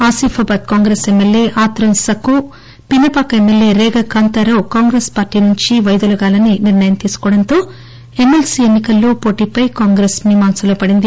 Asifabad Congress MLA Atram Sakku Pinapaka MLA Rega Kantharao Congress party నుంచి వైదొలగాలని నిర్ణయం తీసుకోవడంతో ఎమ్మెల్సీ ఎన్నికల్లో పోటీపై కాంగ్రెస్ మీమాంసలో పడింది